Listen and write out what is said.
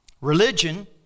Religion